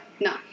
no